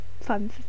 Fun